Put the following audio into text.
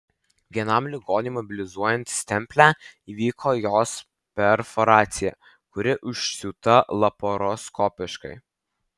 vienam ligoniui mobilizuojant stemplę įvyko jos perforacija kuri užsiūta laparoskopiškai